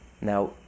now